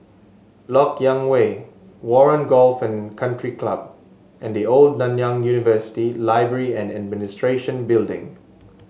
LoK Yang Way Warren Golf and Country Club and The Old Nanyang University Library and Administration Building